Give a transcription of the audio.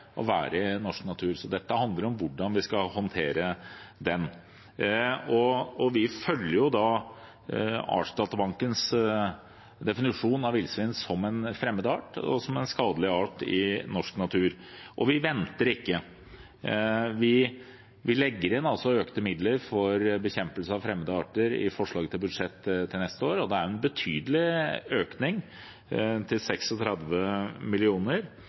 norsk natur, så dette handler om hvordan vi skal håndtere det. Vi følger Artsdatabankens definisjon av villsvin som en fremmed art og som en skadelig art i norsk natur. Og vi venter ikke. Vi legger inn økte midler for bekjempelse av fremmede arter i forslaget til budsjett for neste år. Det er en betydelig økning, til